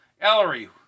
Ellery